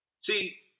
See